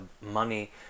money